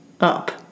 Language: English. up